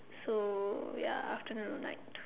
so ya afternoon or night